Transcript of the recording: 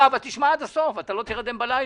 תשמע עד הסוף, אתה לא תירדם בלילה.